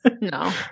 No